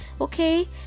okay